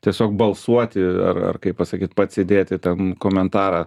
tiesiog balsuoti ar ar kaip pasakyt pats įdėti ten komentarą